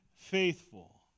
faithful